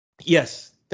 Yes